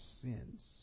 sins